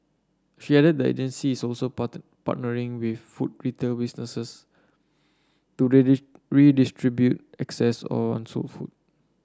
she added that the agency is also part partnering with food retail businesses to redistribute excess or unsold food